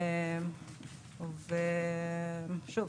שוב,